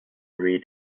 three